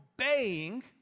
obeying